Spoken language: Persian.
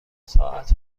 ساعت